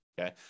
okay